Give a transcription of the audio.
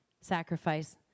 sacrifice